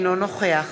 אינו נוכח